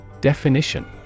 Definition